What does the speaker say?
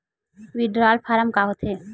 Withdrawal form का होथे?